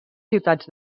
ciutats